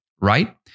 Right